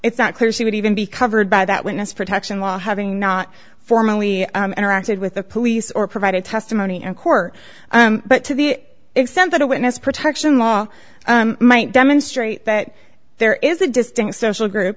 it's not clear she would even be covered by that witness protection law having not formally interacted with the police or provided testimony in court but to the extent that a witness protection law might demonstrate that there is a distinct social group